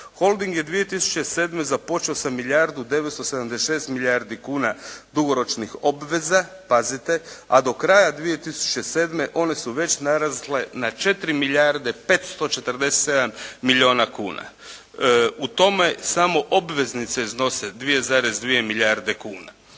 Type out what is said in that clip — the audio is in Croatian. Holding je 2007. započeo sa milijardu 976 milijuna kuna dugoročnih obveza, pazite, a do kraja 2007. one su već narasle na 4 milijarde 547 milijuna kuna. U tome samo obveznice iznose 2,2 milijarde kuna.